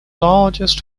largest